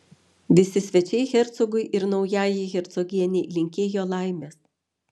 visi svečiai hercogui ir naujajai hercogienei linkėjo laimės